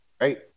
right